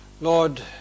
Lord